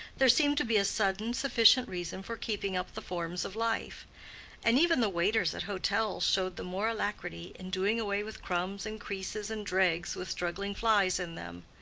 there seemed to be a sudden, sufficient reason for keeping up the forms of life and even the waiters at hotels showed the more alacrity in doing away with crumbs and creases and dregs with struggling flies in them.